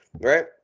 right